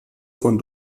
von